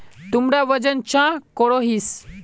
तुमरा वजन चाँ करोहिस?